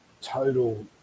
total